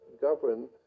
govern